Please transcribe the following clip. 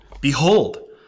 behold